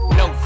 no